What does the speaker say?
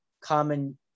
common